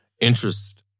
interest